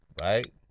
right